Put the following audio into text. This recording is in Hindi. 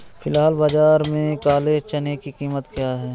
फ़िलहाल बाज़ार में काले चने की कीमत क्या है?